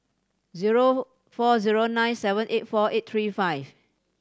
zero four zero nine seven eight four eight three five